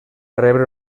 rebre